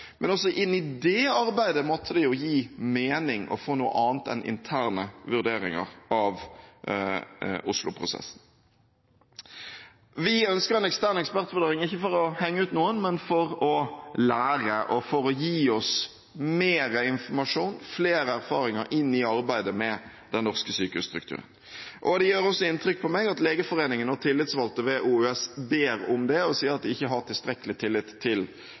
Men også inn i det arbeidet måtte det jo gi mening å få noe annet enn interne vurderinger av Osloprosessen. Vi ønsker en ekstern ekspertvurdering, ikke for å henge ut noen, men for å lære og for å gi oss mer informasjon, få flere erfaringer inn i arbeidet med den norske sykehusstrukturen. Det gjør også inntrykk på meg at Legeforeningen og tillitsvalgte ved OUS ber om det, og sier at de ikke har tilstrekkelig tillit til